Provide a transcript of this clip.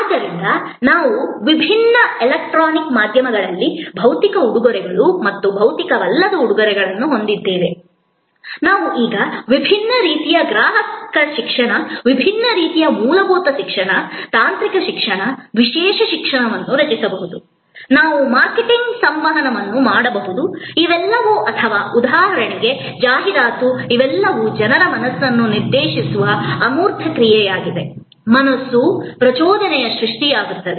ಆದ್ದರಿಂದ ನಾವು ವಿಭಿನ್ನ ಎಲೆಕ್ಟ್ರಾನಿಕ್ ಮಾಧ್ಯಮಗಳಲ್ಲಿ ಭೌತಿಕ ಉಡುಗೊರೆಗಳು ಮತ್ತು ಭೌತಿಕವಲ್ಲದ ಉಡುಗೊರೆಗಳನ್ನು ಹೊಂದಿದ್ದೇವೆ ನಾವು ಈಗ ವಿಭಿನ್ನ ರೀತಿಯ ಗ್ರಾಹಕ ಶಿಕ್ಷಣ ವಿಭಿನ್ನ ರೀತಿಯ ಮೂಲಭೂತ ಶಿಕ್ಷಣ ತಾಂತ್ರಿಕ ಶಿಕ್ಷಣ ವಿಶೇಷ ಶಿಕ್ಷಣವನ್ನು ರಚಿಸಬಹುದು ನಾವು ಮಾರ್ಕೆಟಿಂಗ್ ಸಂವಹನವನ್ನು ಮಾಡಬಹುದು ಇವೆಲ್ಲವೂ ಅಥವಾ ಉದಾಹರಣೆಗೆ ಜಾಹೀರಾತು ಇವೆಲ್ಲವೂ ಜನರ ಮನಸ್ಸನ್ನು ನಿರ್ದೇಶಿಸುವ ಅಮೂರ್ತ ಕ್ರಿಯೆ ಮಾನಸಿಕ ಪ್ರಚೋದನೆಯ ಸೃಷ್ಟಿಯಾಗುತ್ತದೆ